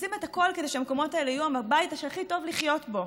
עושים את הכול כדי שהמקומות האלה יהיו הבית שהכי טוב לחיות בו.